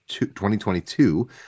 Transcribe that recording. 2022